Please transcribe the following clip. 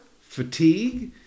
fatigue